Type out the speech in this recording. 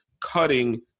cutting